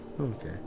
Okay